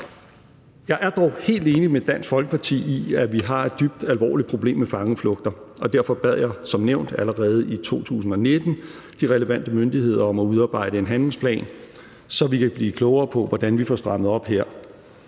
Jeg er dog helt enig med Dansk Folkeparti i, at vi har et dybt alvorligt problem med fangeflugter, og derfor bad jeg som nævnt allerede i 2019 de relevante myndigheder om at udarbejde en handlingsplan, så vi kan blive klogere på, hvordan vi får strammet op her.